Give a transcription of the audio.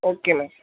okay ma'am